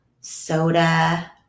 soda